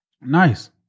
Nice